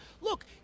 Look